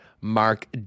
Mark